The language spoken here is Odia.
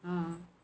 ହଁ